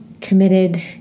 committed